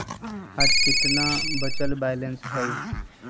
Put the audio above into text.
आज केतना बचल बैलेंस हई?